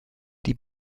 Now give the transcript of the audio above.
die